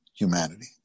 humanity